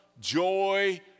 joy